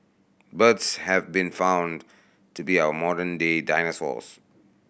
birds have been found to be our modern day dinosaurs